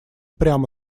прямо